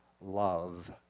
love